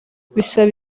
bisaba